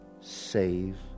save